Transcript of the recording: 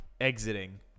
exiting